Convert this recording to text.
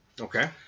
Okay